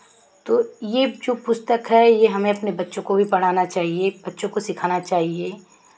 तो ये जो पुस्तक है ये हमें अपने बच्चों को भी पढ़ाना चाहिए बच्चों को सिखाना चाहिए